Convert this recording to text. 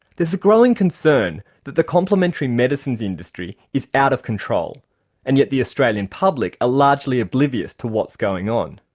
there's a growing concern that the complementary medicines industry is out of control and yet the australian public are largely oblivious to what's going on.